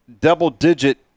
double-digit